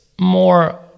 more